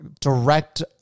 direct